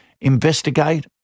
Investigate